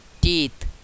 teeth